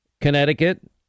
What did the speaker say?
Connecticut